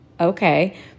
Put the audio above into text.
Okay